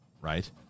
right